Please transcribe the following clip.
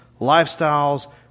lifestyles